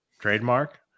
trademark